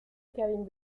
kevin